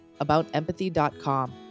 aboutempathy.com